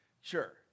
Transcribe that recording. sure